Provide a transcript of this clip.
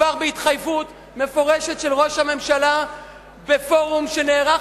מדובר בהתחייבות מפורשת של ראש הממשלה בפורום שנערך